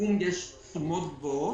לשיקום יש תשומות גבוהות.